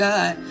God